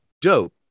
dope